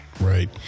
right